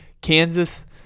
Kansas